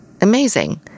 amazing